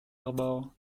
harbour